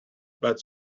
but